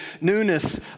newness